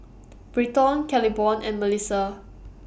Bryton Claiborne and Melisa